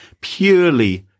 Purely